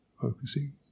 focusing